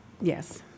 Yes